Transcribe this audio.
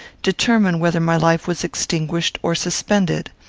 determine whether my life was extinguished or suspended.